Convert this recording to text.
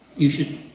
you should